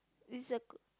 is a k`